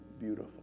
beautiful